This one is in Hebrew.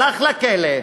הלך לכלא,